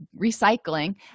recycling